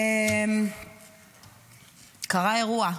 קרה אירוע.